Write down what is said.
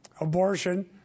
abortion